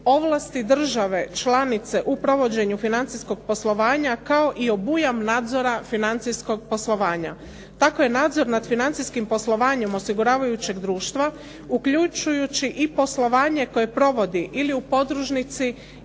ovlasti države članice u provođenju financijskog poslovanja, kao i obujam nadzora financijskog poslovanja. Tako je nadzor nad financijskim poslovanjem osiguravajućeg društva, uključujući i poslovanje koje provodi ili u podružnici